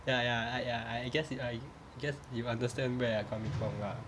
ya ya I ya I guess it I guess you understand where I coming from lah